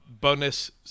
bonus